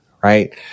right